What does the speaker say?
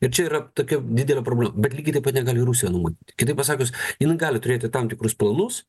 ir čia yra tokia didelė problema bet lygiai taip pat negali rusija numatyt kitaip pasakius jinai gali turėti tam tikrus planus